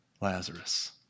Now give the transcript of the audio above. Lazarus